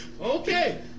Okay